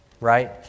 right